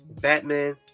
Batman